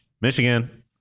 Michigan